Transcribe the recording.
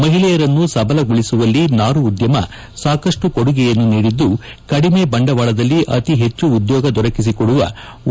ಮಹಿಳೆಯರನ್ನು ಸಬಲಗೊಳಿಸುವಲ್ಲಿ ನಾರು ಉದ್ಯಮ ಸಾಕಷ್ಟು ಕೊಡುಗೆಯನ್ನು ನೀಡಿದ್ದು ಕಡಿಮೆ ಬಂಡವಾಳದಲ್ಲಿ ಅತಿ ಹೆಚ್ಚು ಉದ್ಯೋಗ ದೊರಕಿಸಿಕೊಡುವ ಉದ್ಯಮ ಇದಾಗಿದೆ ಎಂದರು